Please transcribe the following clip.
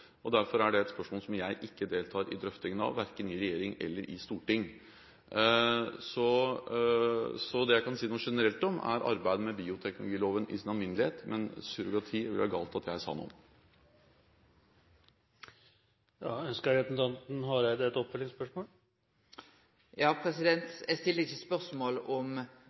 Derfor er det et spørsmål som jeg ikke deltar i drøftingen av, verken i regjering eller i storting. Så det jeg kan si noe generelt om, er arbeidet med bioteknologiloven i sin alminnelighet, men surrogati ville det være galt at jeg sa noe om. Eg stiller ikkje spørsmål ved om surrogati skal vere lovleg i Noreg, eller om